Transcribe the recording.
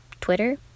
Twitter